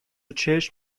چشم